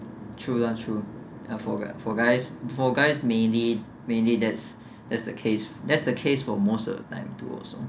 true lah true I forget for guys for guys mainly mainly that's that's the case that's the case for most of the time towards